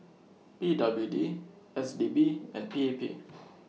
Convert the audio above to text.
P W D S D P and P A P